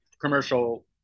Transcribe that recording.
commercial